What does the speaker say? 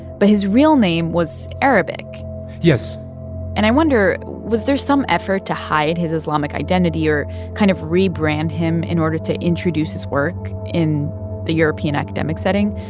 but his real name was arabic yes and i wonder, was there some effort to hide his islamic identity or kind of rebrand him in order to introduce his work in the european academic setting?